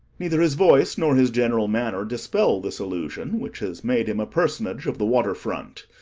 neither his voice nor his general manner dispel this illusion which has made him a personage of the water front.